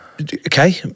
Okay